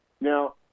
Now